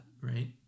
right